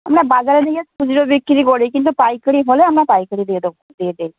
না বাজারের দিগে খুজরো বিক্রি করি কিন্তু পাইকারি হলেও আমরা পাইকারি দিয়ে দেবো দিয়ে দেই